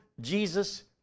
Jesus